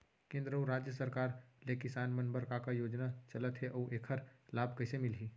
केंद्र अऊ राज्य सरकार ले किसान मन बर का का योजना चलत हे अऊ एखर लाभ कइसे मिलही?